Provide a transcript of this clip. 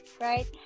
right